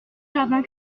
jardin